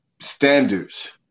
standards